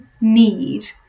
need